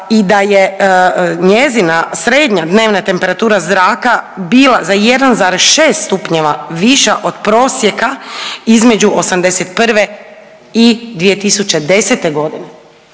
i da je njezina srednja dnevna temperatura zraka bila za 1,6 stupnjeva viša od prosjeka između '81 i 2010. godine.